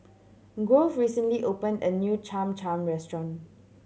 Grove recently opened a new Cham Cham restaurant